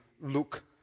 look